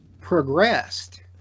progressed